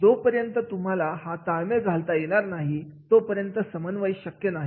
जोपर्यंत तुम्हाला हा ताळमेळ घालता येणार नाही तोपर्यंत समन्वय शक्य नाही